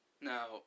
Now